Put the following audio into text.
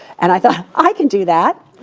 and i thought, i can do that.